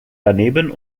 daneben